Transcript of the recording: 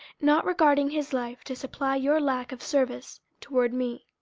not regarding his life, to supply your lack of service toward me.